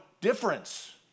difference